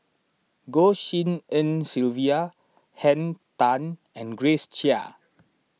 Goh Tshin En Sylvia Henn Tan and Grace Chia